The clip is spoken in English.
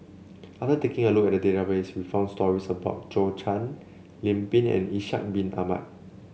another taking a look at database we found stories about Zhou Can Lim Pin and Ishak Bin Ahmad